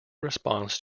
response